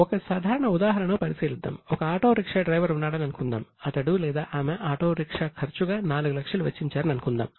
ఒక సాధారణ ఉదాహరణను పరిశీలిద్దాం ఒక ఆటో రిక్షా డ్రైవర్ ఉన్నాడని అనుకుందాం అతడు లేదా ఆమె ఆటో రిక్షా ఖర్చుగా 4 లక్షలు వెచ్చించారని అనుకుందాం